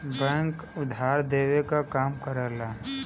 bank उधार देवे क काम करला